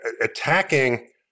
attacking